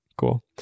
Cool